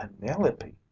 Penelope